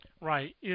Right